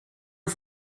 was